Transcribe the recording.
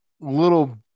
little